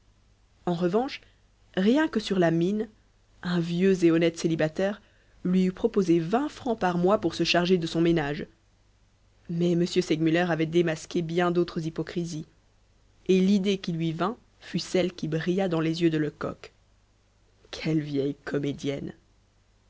en revanche rien que sur la mine un vieux et honnête célibataire lui eût proposé vingt francs par mois pour se charger de son ménage mais m segmuller avait démasqué bien d'autres hypocrisies et l'idée qui lui vint fut celle qui brilla dans les yeux de lecoq quelle vieille comédienne